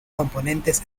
componentes